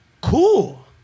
cool